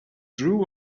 drew